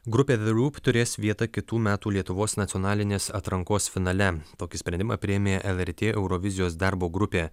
grupė the roop turės vietą kitų metų lietuvos nacionalinės atrankos finale tokį sprendimą priėmė lrt eurovizijos darbo grupė